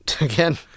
again